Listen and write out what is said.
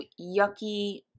yucky –